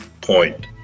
point